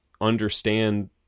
understand